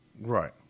Right